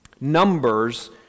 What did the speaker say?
Numbers